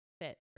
Fit